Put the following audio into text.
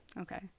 Okay